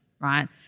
right